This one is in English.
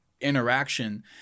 interaction